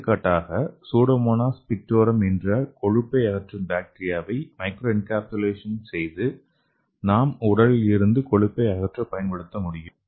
எடுத்துக்காட்டாக Pseudomonas pictorum என்ற கொழுப்பை அகற்றும் பாக்டீரியாவை மைக்ரோஎன்கேப்சுலேஷன் செய்து நம் உடலில் இருந்து கொழுப்பை அகற்ற பயன்படுத்த முடியும்